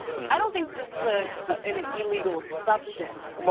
i think this is ah an illegal substance.